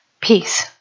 peace